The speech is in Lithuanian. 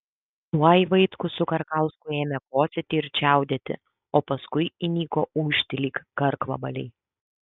tuoj vaitkus su karkausku ėmė kosėti ir čiaudėti o paskui įniko ūžti lyg karkvabaliai